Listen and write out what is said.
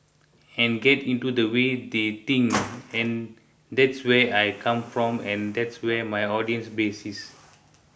and get into the way they think and that's where I come from and that's where my audience base is